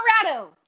Colorado